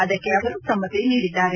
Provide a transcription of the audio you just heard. ಅದಕ್ಕೆ ಅವರು ಸಮ್ಹತಿ ನೀಡಿದ್ದಾರೆ